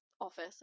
office